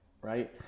right